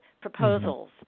proposals